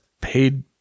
Paid